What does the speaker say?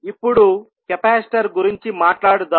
ఇప్పుడు కెపాసిటర్ గురించి మాట్లాడుదాం